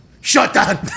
shutdown